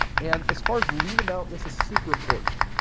ah and as far as lien amount this is super important.